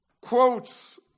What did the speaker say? quotes